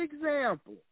example